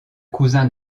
cousin